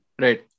Right